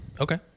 Okay